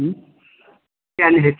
हम्म काल्हि हेतै